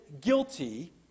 guilty